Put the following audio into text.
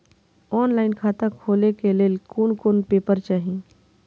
Online खाता खोले के लेल कोन कोन पेपर चाही?